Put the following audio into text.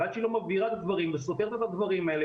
אבל עד שהיא לא מבהירה את הדברים וסותרת את הדברים האלה,